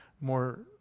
more